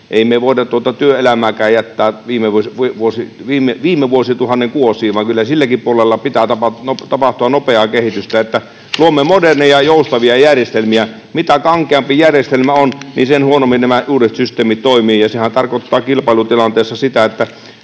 me voi työelämääkään jättää viime vuosituhannen kuosiin, vaan kyllä silläkin puolella pitää tapahtua nopeaa kehitystä, että luomme moderneja ja joustavia järjestelmiä. Mitä kankeampi järjestelmä on, sen huonommin nämä uudet systeemit toimivat, ja sehän tarkoittaa kilpailutilanteessa sitä, että